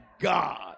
God